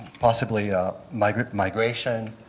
possibly like migration,